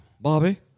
Bobby